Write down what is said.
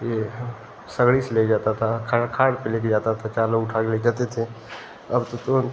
ये सगड़ी से ले जाता था खड़ खाड़ पर ले कर जाता था चार लोग उठा कर ले कर जाते थे अब तो तुरंत